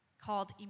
called